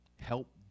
Help